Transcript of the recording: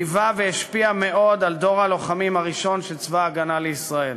ליווה והשפיע מאוד על דור הלוחמים הראשון של צבא הגנה לישראל.